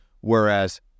Whereas